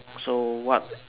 so what